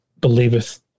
believeth